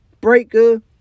Breaker